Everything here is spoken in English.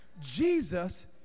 Jesus